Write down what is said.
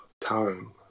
Time